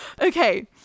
okay